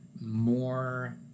more